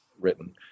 written